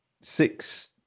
six